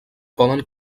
poden